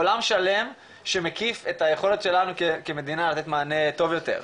עולם שלם שמקיף את היכולת שלנו כמדינה לתת מענה טוב יותר.